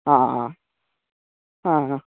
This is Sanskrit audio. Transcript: आ हा हा